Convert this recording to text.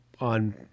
on